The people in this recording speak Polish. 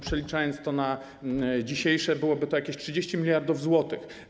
Przeliczając to na dzisiejsze kwoty, byłoby to jakieś 30 mld zł.